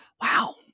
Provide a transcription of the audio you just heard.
Wow